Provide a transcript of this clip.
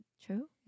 true